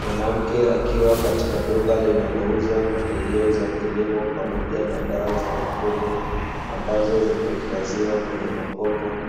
Mwanamke akiwa katika duka linalouza pembejeo za kilimo pamoja na dawa za mifugo, ambazo zimehifadhiwa kwenye makopo